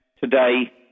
today